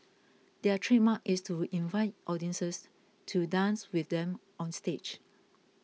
their trademark is to invite audiences to dance with them on stage